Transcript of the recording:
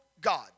God